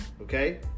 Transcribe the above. okay